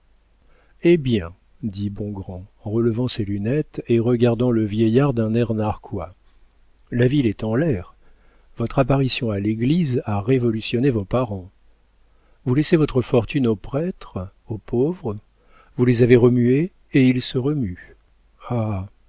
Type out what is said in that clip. eh bien dit bongrand en relevant ses lunettes et regardant le vieillard d'un air narquois la ville est en l'air votre apparition à l'église a révolutionné vos parents vous laissez votre fortune aux prêtres aux pauvres vous les avez remués et ils se remuent